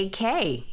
AK